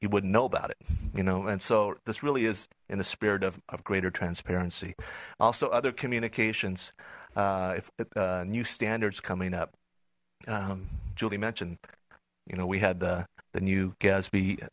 you wouldn't know about it you know and so this really is in the spirit of greater transparency also other communications if new standards coming up julie mentioned you know we had the new ga